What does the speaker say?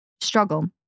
struggle